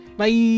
Bye